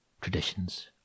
traditions